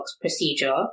procedure